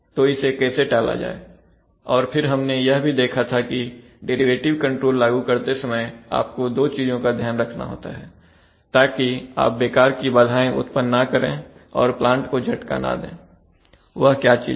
तो इसे कैसे टाला जाए और फिर हमने यह भी देखा था कि डेरिवेटिव कंट्रोल लागू करते समय आपको दो चीजों का ध्यान रखना होता है ताकि आप बेकार की बाधाएं ना उत्पन्न करें और प्लांट को झटका ना दें वह क्या चीजें हैं